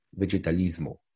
vegetalismo